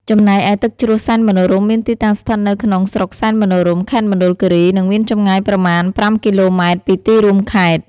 ចំណែកឯទឹកជ្រោះសែនមនោរម្យមានទីតាំងស្ថិតនៅក្នុងស្រុកសែនមនោរម្យ ខេត្តមណ្ឌលគិរី និងមានចម្ងាយប្រមាណ ៥គីឡូម៉ែត្រពីទីរួមខេត្ត។